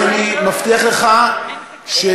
אז אני מבטיח לך שאחרי,